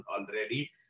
already